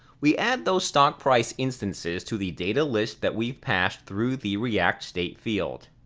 we add those stockprice instances to the datalist that we've passed through the react state field.